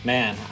Man